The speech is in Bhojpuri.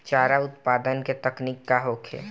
चारा उत्पादन के तकनीक का होखे?